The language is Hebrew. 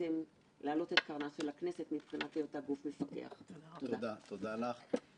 ישראל 2050 וארגונים נוספים בשם הציבור הרחב היו גורם מרכזי להקמתה